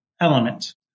element